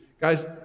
Guys